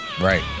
Right